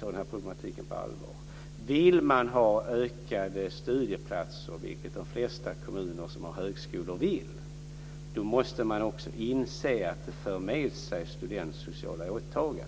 denna problematik på allvar. Om man vill ha en utökning av antalet studieplatser, vilket de flesta kommuner som har högskolor vill, måste man också inse att det för med sig studentsociala åtaganden.